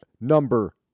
number